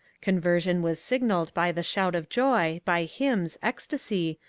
conversion was signalled by the shout of joy, by hymns, ecstasy,